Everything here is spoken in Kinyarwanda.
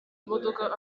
imodoka